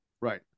Right